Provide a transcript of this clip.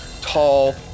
tall